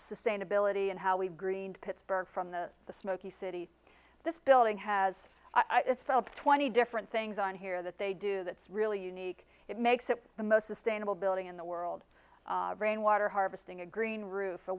sustainability and how we've greened pittsburgh from the the smoky city this building has itself twenty different things on here that they do that's really unique it makes it the most sustainable building in the world rainwater harvesting a green roof or